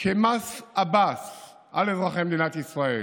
כמס עבאס על אזרחי מדינת ישראל.